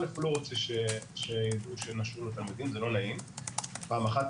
כי הוא לא רוצה שינשרו לו תלמידים, פעם אחת.